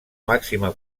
màxima